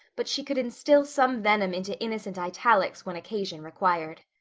but she could instill some venom into innocent italics when occasion required.